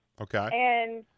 Okay